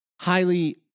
highly